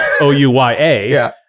O-U-Y-A